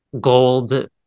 gold